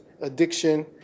addiction